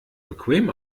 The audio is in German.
bequem